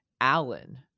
Allen